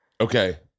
okay